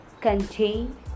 contain